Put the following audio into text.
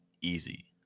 easy